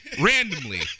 randomly